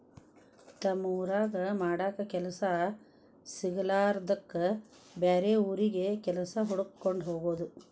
ತಮ್ಮ ಊರಾಗ ಮಾಡಾಕ ಕೆಲಸಾ ಸಿಗಲಾರದ್ದಕ್ಕ ಬ್ಯಾರೆ ಊರಿಗೆ ಕೆಲಸಾ ಹುಡಕ್ಕೊಂಡ ಹೊಗುದು